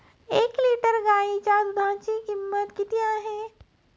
एक लिटर गाईच्या दुधाची किंमत किती आहे?